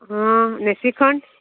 હા અને શ્રીખંડ